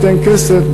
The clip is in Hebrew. אם אנחנו רק ניתן כסף,